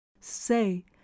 say